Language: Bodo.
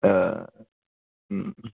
ओ